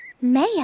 Maya